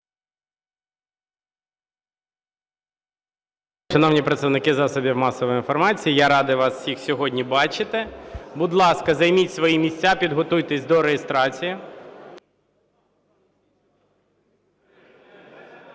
шановні представники засобів масової інформації! Я радий вас всіх сьогодні бачити. Будь ласка, займіть свої місця, підготуйтесь до реєстрації.